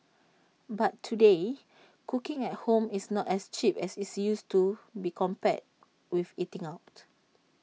but today cooking at home is not as cheap as its used to be compared with eating out